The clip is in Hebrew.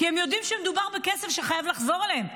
כי הם יודעים שמדובר בכסף שחייב לחזור אליהם.